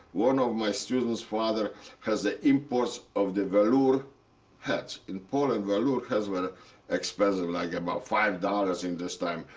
one of my student's father has the imports of the velour hats. in poland, velour hats were expensive, like about five dollars in this time.